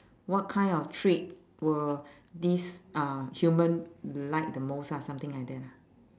what kind of treat will this uh human like the most ah something like that ah